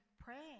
praying